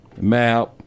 Map